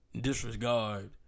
Disregard